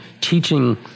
teaching